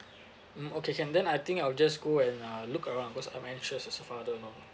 mm okay can then I think I'll just go and uh look around cause I'm anxious as a father you know